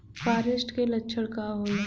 फारेस्ट के लक्षण का होला?